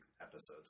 episodes